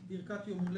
ברכת יום הולדת,